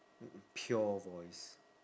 pure voice